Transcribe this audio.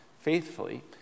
faithfully